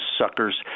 suckers